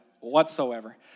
whatsoever